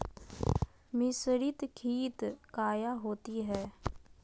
मिसरीत खित काया होती है?